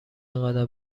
انقدر